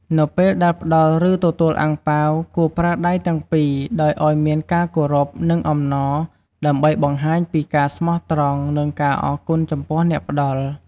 នៅពេលដែលផ្តល់ ឬទទួលអាំងប៉ាវ គួរប្រើដៃទាំងពីរដោយអោយមានការគោរព និងអំណរ ដើម្បីបង្ហាញពីការស្មោះត្រង់ និងការអរគុណចំពោះអ្នកផ្តល់។